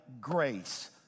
grace